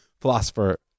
philosopher